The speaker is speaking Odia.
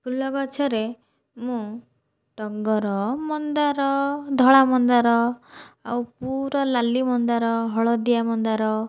ଫୁଲ ଗଛରେ ମୁଁ ଟଗର ମନ୍ଦାର ଧଳା ମନ୍ଦାର ଆଉ ପୁରା ଲାଲୀ ମନ୍ଦାର ହଳଦିଆ ମନ୍ଦାର